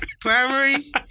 primary